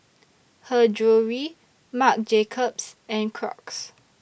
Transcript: Her Jewellery Marc Jacobs and Crocs